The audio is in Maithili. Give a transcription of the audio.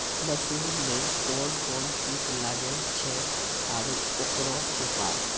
मसूर मे कोन कोन कीट लागेय छैय आरु उकरो उपाय?